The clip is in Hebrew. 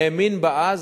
האמין בה אז,